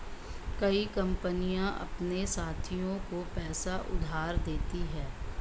कई कंपनियां अपने साथियों को पैसा उधार देती हैं